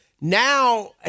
Now